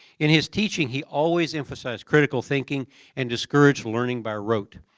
in his teaching, he always emphasized critical thinking and discouraged learning by rote.